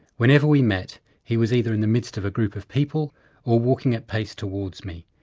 whenever we met he was either in the midst of a group of people or walking at pace towards me,